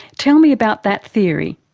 tell me about that theory.